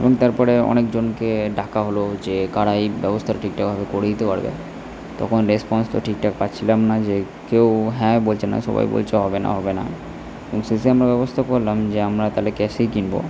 এবং তারপরে অনেকজনকে ডাকা হলো যে কারা এই ব্যবস্তা ঠিকঠাকভাবে করে দিতে পারবে তখন রেসপন্স তো ঠিকঠাক পাচ্ছিলাম না যে কেউ হ্যাঁ বলছে না সবাই বলছে হবে না হবে না এবং শেষে আমরা ব্যবস্থা করলাম যে আমরা তাহলে ক্যাশেই কিনবো